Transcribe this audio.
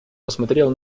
посмотрел